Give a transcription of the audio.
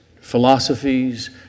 philosophies